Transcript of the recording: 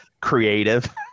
creative